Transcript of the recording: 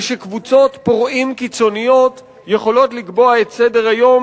ושקבוצות פורעים קיצוניות יכולות לקבוע את סדר-היום